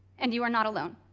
and you are not alone.